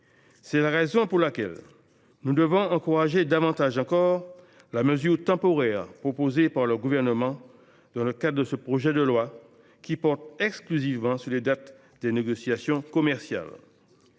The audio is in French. C’est la raison pour laquelle nous devons encourager davantage encore la mesure temporaire proposée par le Gouvernement au travers de ce projet de loi, qui porte exclusivement sur les dates des négociations commerciales.